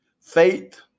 faith